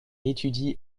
étudie